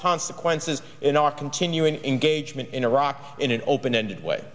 consequences in our continuing engagement in iraq in an open ended way